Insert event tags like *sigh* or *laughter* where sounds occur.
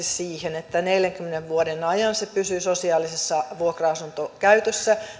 *unintelligible* siihen että neljänkymmenen vuoden ajan se asunto pysyy sosiaalisessa vuokra asuntokäytössä